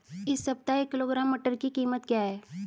इस सप्ताह एक किलोग्राम मटर की कीमत क्या है?